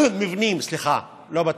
מבנים, סליחה, לא בתים,